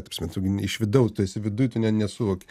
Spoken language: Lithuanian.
ta prasme tu gi ne iš vidaus tu esi viduj tu net nesuvoki